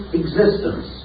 existence